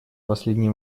последний